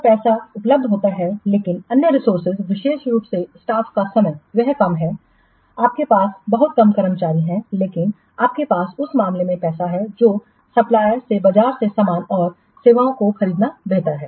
जब पैसा उपलब्ध होता है लेकिन अन्य रिसोर्सेज विशेष रूप से स्टाफ का समय वह कम हैं आपके पास बहुत कम कर्मचारी हैं लेकिन आपके पास उस मामले में पैसा है जो सप्लायरस से बाजार से सामान और सेवाओं को खरीदना बेहतर है